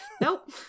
Nope